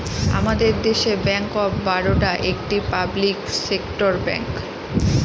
আমাদের দেশে bank of Baroda একটি পাবলিক সেক্টর ব্যাঙ্ক